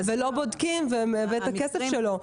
לא בודקים והוא מאבד את הכסף שלו.